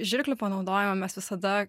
žirklių panaudojimą mes visada